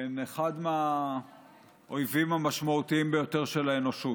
הן אחד האויבים המשמעותיים ביותר של האנושות.